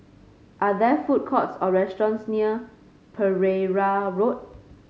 are there food courts or restaurants near Pereira Road